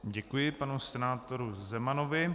Děkuji panu senátoru Zemanovi.